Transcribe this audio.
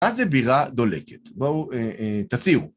מה זה בירה דולקת? בואו תציעו.